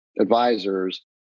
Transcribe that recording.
advisors